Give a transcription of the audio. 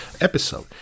episode